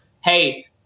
hey